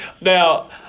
Now